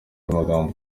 amagambo